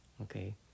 Okay